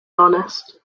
honest